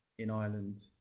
in ireland,